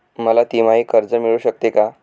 मला तिमाही कर्ज मिळू शकते का?